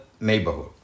neighborhood